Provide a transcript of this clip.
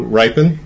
ripen